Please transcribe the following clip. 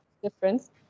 difference